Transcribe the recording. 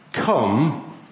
Come